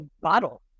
bottle